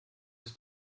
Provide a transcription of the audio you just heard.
ist